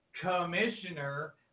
commissioner